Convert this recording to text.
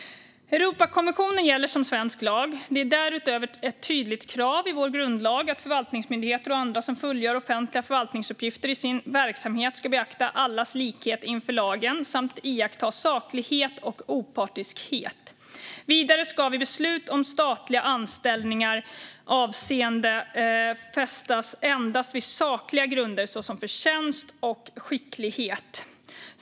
Europakonventionen gäller som svensk lag. Det är därutöver ett tydligt krav i vår grundlag att förvaltningsmyndigheter och andra som fullgör offentliga förvaltningsuppgifter i sin verksamhet ska beakta allas likhet inför lagen samt iaktta saklighet och opartiskhet. Vidare ska vid beslut om statliga anställningar avseende fästas endast vid sakliga grunder, såsom förtjänst och skicklighet.